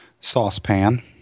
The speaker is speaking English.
saucepan